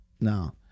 No